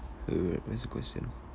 wait wait wait where's the question